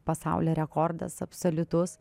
pasaulio rekordas absoliutus